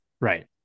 Right